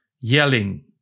yelling